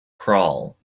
crawl